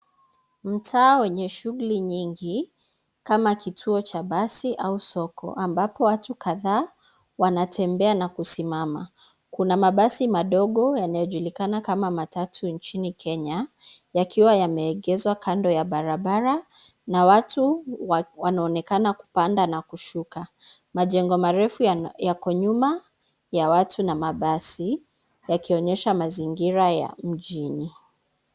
Mtaa wenye shughuli nyingi kama kituo cha basi au soko ambapo watu kadhaa wanatembea na kusimama. Kuna mabasi madogo yanayojulikana kama matatu nchini Kenya, yakiwa yameegezwa kando ya barabara na watu wanaonekana kupanda na kushuka. Majengo marefu yako nyuma ya watu na mabasi yakionyesha mazingara ya mjini.